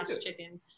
chicken